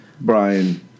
Brian